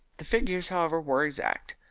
the figures, however, were exact.